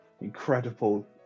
incredible